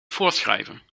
voorschrijven